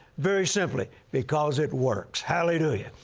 very simply, because it works. hallelujah,